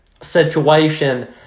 situation